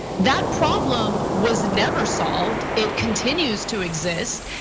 that problem was never solved. it continues to exist.